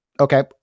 Okay